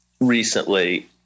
recently